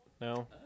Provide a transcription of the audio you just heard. No